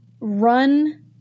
run